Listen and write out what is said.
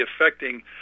affecting